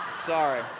sorry